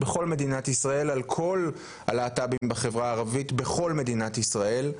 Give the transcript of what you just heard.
על כל הלהט״בים בחברה הערבית בכל מדינת ישראל.